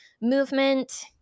movement